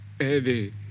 Eddie